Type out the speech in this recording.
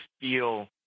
feel